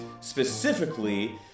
specifically